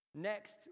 next